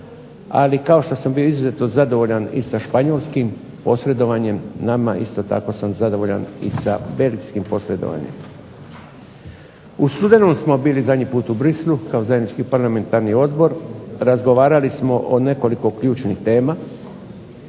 ali kao što sam bio izuzetno zadovoljan i sa španjolskim posredovanjem nama isto tako sam zadovoljan i sa belgijskim posredovanjem. U studenom smo bili zadnji put u Bruxellesu kao zajednički parlamentarni odbor. Razgovarali smo o nekoliko ključnih tema.